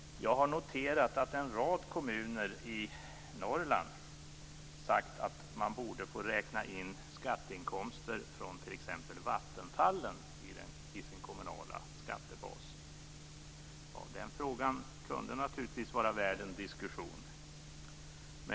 Jag har noterat att en rad kommuner i Norrland sagt att man borde få räkna in skatteinkomster från t.ex. vattenfallen i sin kommunala skattebas. Den frågan kunde naturligtvis vara värd en diskussion.